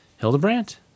hildebrandt